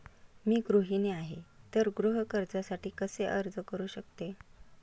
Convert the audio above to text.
मी गृहिणी आहे तर गृह कर्जासाठी कसे अर्ज करू शकते?